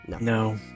No